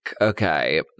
okay